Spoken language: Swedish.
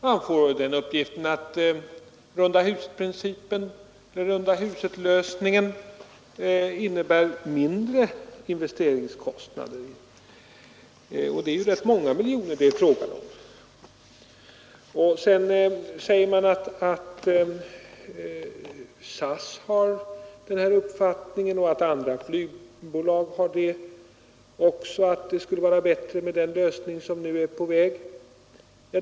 Man får den uppgiften att rundahuslösningen innebär mindre investeringskostnader, och det är ju rätt många byggnader det är fråga om. Det sägs att SAS och andra flygbolag har den uppfattningen att det skulle vara bättre med den lösning som nu är på väg.